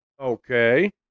Okay